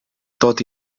tot